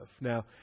Now